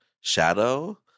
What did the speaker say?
shadow